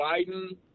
Biden